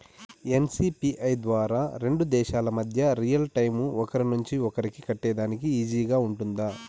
NCPI ద్వారా రెండు దేశాల మధ్య రియల్ టైము ఒకరి నుంచి ఒకరికి కట్టేదానికి ఈజీగా గా ఉంటుందా?